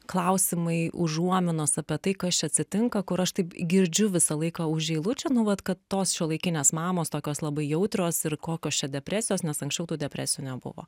klausimai užuominos apie tai kas čia atsitinka kur aš taip girdžiu visą laiką už eilučių nu vat kad tos šiuolaikinės mamos tokios labai jautrios ir kokios čia depresijos nes anksčiau tų depresijų nebuvo